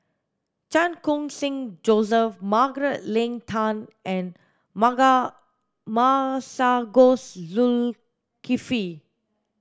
Chan Khun Sing Joseph Margaret Leng Tan and Masagos Zulkifli